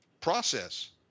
process